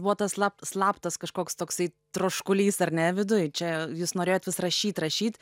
buvo tas sla slaptas kažkoks toksai troškulys ar ne viduj čia jūs norėjot vis rašyt rašyt